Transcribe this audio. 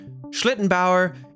Schlittenbauer